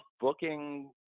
booking